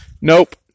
Nope